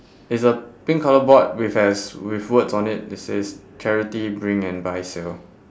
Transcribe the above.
it's a pink colour board which has with words on it that says charity bring and buy sale